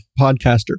podcaster